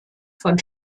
von